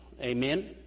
Amen